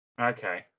Okay